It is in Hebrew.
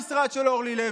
או דאגתם לדיור הציבורי.